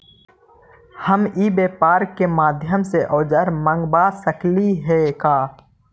हम ई व्यापार के माध्यम से औजर मँगवा सकली हे का?